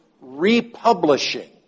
republishing